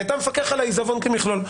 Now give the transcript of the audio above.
כי אתה מפקח על העיזבון כמכלול.